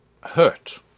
hurt